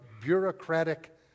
bureaucratic